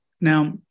Now